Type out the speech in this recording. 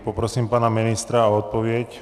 Poprosím pana ministra o odpověď.